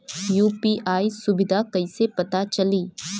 UPI सुबिधा कइसे पता चली?